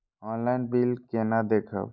Online bill केना देखब?